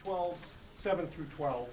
twelve seven through twelve